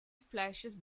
flashes